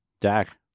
Dak